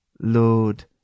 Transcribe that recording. Lord